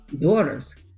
daughters